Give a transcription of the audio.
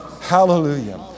hallelujah